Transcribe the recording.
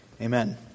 Amen